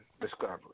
discovery